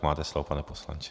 Máte slovo, pane poslanče.